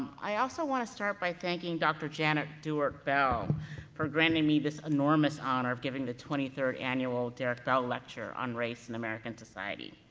i also wanna start by thanking dr. janet dewart bell for granting me this enormous honor of giving the twenty third annual derrick bell lecture on race in american society.